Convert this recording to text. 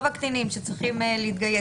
אז משאירים פה את כל הקטינים שצריכים להתגייס.